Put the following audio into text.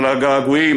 אבל הגעגועים,